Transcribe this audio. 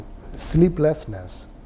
sleeplessness